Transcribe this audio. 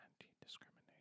anti-discrimination